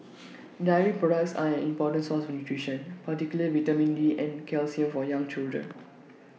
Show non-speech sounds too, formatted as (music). (noise) dairy products an important source of nutrition particular vitamin D and calcium for young children (noise)